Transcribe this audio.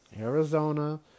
Arizona